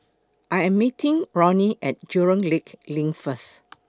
I Am meeting Ronnie At Jurong Lake LINK First